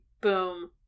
Boom